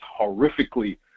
horrifically